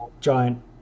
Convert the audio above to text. giant